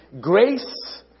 grace